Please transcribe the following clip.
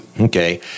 Okay